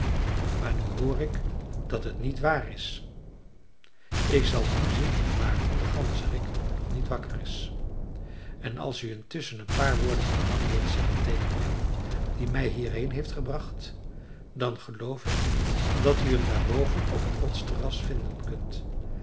maar nu hoor ik dat het niet waar is ik zal nu zien of maarten de ganzerik nog niet wakker is en als u intusschen een paar woorden van dank wilt zeggen tegen hem die mij hierheen heeft gebracht dan geloof ik dat u hem daarboven op het rotsterras vinden kunt